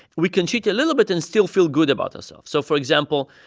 we can cheat a little bit and still feel good about ourself so for example,